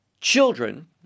children